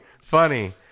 funny